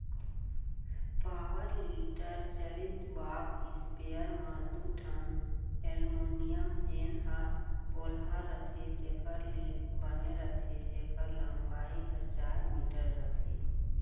power tiller चलित बाग sprayer म दू ठन एलमोनियम जेन ह पोलहा रथे तेकर ले बने रथे जेकर लंबाई हर चार मीटर रथे